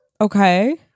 Okay